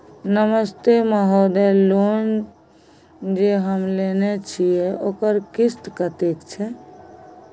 नमस्ते महोदय, लोन जे हम लेने छिये ओकर किस्त कत्ते छै?